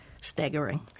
staggering